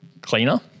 cleaner